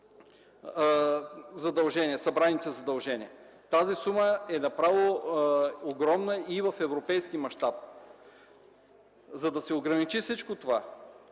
събраните задължения. Тази сума е огромна и в европейски мащаб. За да се ограничи всичко това,